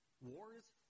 Wars